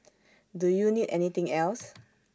do you need anything else